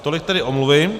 Tolik tedy omluvy.